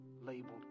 labeled